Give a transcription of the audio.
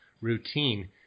routine